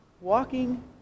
walking